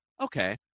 okay